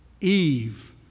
Eve